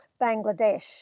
bangladesh